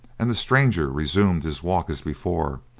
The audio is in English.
and the stranger resumed his walk as before,